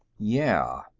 yeah,